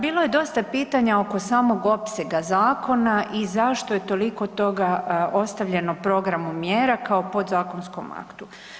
Bilo je dosta pitanja oko samog opsega zakona i zašto je toliko toga ostavljeno programu mjera kao podzakonskom aktu.